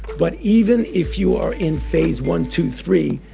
but even if you are in phase one, two, three,